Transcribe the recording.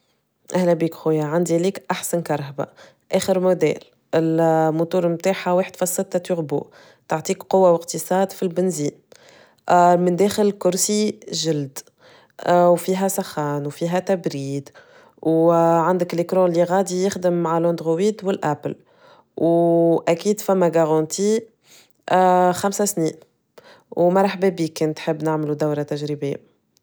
أهلا بيك خويا عندي ليك أحسن كرهبة، آخر موديل، الموتور متاعها واحد فاص ستة تعطيك قوة واقتصاد في البنزين، من داخل الكرسي جلد، وفيها سخان وفيها تبريد وعندك ال يخدم مع و أكيد خمس سنين ومرحبا بيك كنتحب نعملو دورة تجريبية.